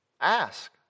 Ask